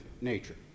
nature